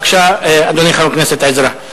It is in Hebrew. בבקשה, אדוני חבר הכנסת עזרא.